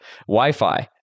Wi-Fi